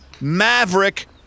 Maverick